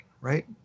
right